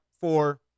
four